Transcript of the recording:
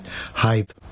hype